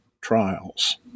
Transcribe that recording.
trials